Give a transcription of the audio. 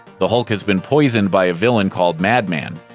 the hulk has been poisoned by a villain called madman,